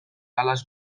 alas